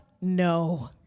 No